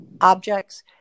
objects